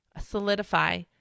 solidify